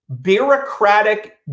bureaucratic